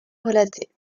relatée